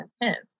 intense